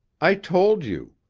i told you.